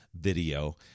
video